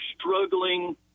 struggling